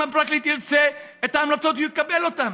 אם הפרקליט ירצה את ההמלצות הוא יקבל אותן.